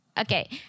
Okay